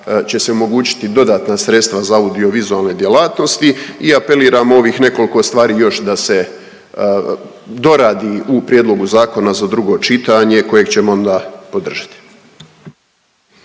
će se omogućiti dodatna sredstva za audiovizualne djelatnosti i apeliramo ovih nekolko stvari još da se doradi u prijedlogu zakona za drugo čitanje kojeg ćemo onda podržati.